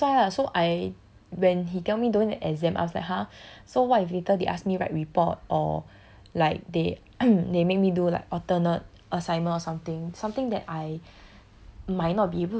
that's why lah so I when he tell me don't have exam I was like !huh! so what if later they ask me write report or like they they make me do like alternate assignment or something something that I